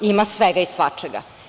Ima svega i svačega.